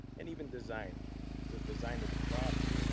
and even design, the design of the property, and